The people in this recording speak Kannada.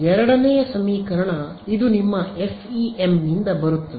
ಎರಡನೆಯ ಸಮೀಕರಣ ಇದು ನಿಮ್ಮ FEM ನಿಂದ ಬರುತ್ತದೆ